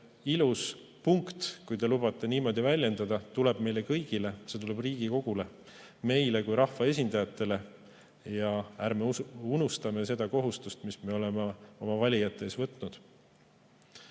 ilus punkt, kui te lubate niimoodi väljenduda, tuleb meile kõigile. See tuleb Riigikogule, meile kui rahvaesindajatele. Ärme unustame seda kohustust, mis me oleme oma valijate ees võtnud,